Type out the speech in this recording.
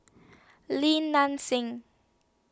Lim Nang Seng